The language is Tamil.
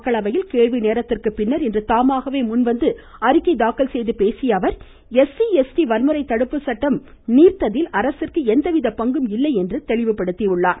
மக்களவையில் கேள்விநேரத்திற்கு பின்னர் இன்று தாமாகவே முன்வந்து அறிக்கை தாக்கல் செய்து பேசிய அவர் ளுஊஇ ளுவு வன்முறை தடுப்பு சட்டம் நீர்த்ததில் அரசிற்கு எந்தவித பங்கும் இல்லை என்று குறிப்பிட்டார்